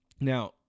Now